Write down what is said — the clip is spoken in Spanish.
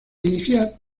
iniciar